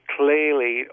clearly